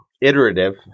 Iterative